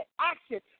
action